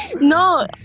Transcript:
no